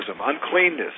uncleanness